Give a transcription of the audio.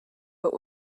but